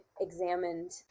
examined